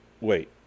Wait